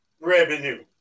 Revenue